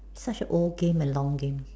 such a old game and long game